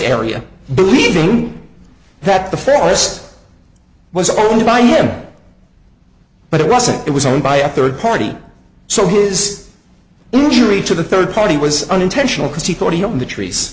area believing that the forest was owned by him but it wasn't it was owned by a third party so his injury to the third party was unintentional because he thought he owned the trees